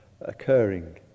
occurring